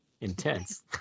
Intense